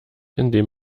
indem